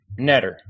netter